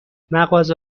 مغازه